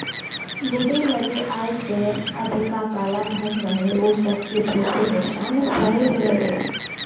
जेकरी लगे आय से अधिका कालाधन रहे उ सबके बहुते नुकसान भयल रहे